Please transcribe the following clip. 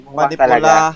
manipula